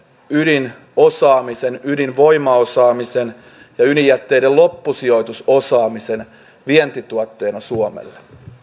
ydinosaamisen ydinvoimaosaamisen ja ydinjätteiden loppusijoitusosaamisen vientituotteina suomelle